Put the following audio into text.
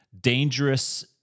dangerous